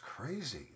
crazy